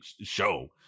show